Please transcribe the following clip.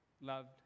loved